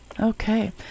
Okay